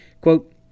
Quote